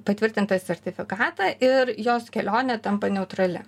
patvirtintą sertifikatą ir jos kelionė tampa neutralia